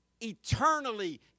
eternally